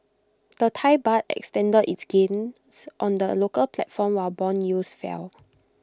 the Thai Baht extended its gains on the local platform while Bond yields fell